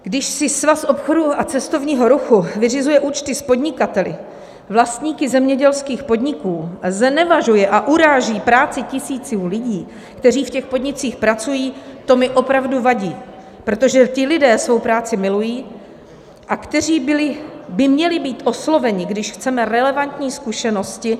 Když si Svaz obchodu a cestovního ruchu vyřizuje účty s podnikateli, vlastníky zemědělských podniků, znevažuje a uráží práci tisíců lidí, kteří v těch podnicích pracují, to mi opravdu vadí, protože ti lidé svoji práci milují a ti by měli být osloveni, když chceme relevantní zkušenosti.